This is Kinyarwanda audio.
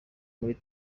muri